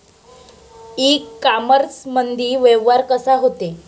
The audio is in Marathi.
इ कामर्समंदी व्यवहार कसा होते?